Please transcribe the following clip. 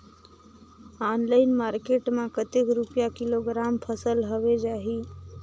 Online market मां कतेक रुपिया किलोग्राम फसल हवे जाही?